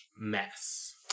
mess